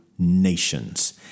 Nations